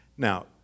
Now